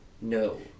No